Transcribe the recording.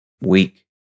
weak